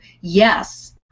yes